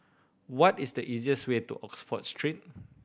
what is the easiest way to Oxford Street